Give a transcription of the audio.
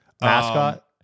mascot